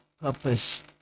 purpose